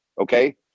okay